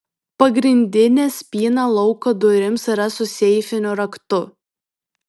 pagrindinė spyna lauko durims yra su seifiniu raktu